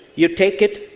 you take it,